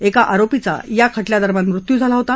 एका आरोपीचा या खटल्यादरम्यान मृत्यू झाला होता